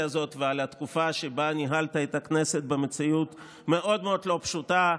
הזאת ועל התקופה שבה ניהלת את הכנסת במציאות מאוד מאוד לא פשוטה.